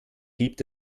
gibt